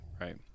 right